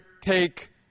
take